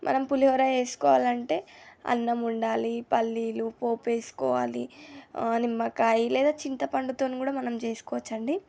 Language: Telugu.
మనం పులిహోర చేసుకోవాలంటే అన్నం ఉండాలి పల్లీలు పోపు వేసుకోవాలి నిమ్మకాయ లేదా చింతపండుతోని కూడా మనం చేసుకోవచ్చండి